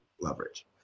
leverage